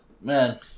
Man